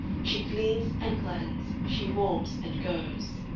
she gleams and gladdens, she warms and goes